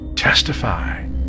testify